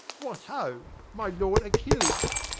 what ho! my lord achilles!